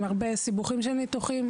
ועם הרבה סיבוכים של ניתוחים.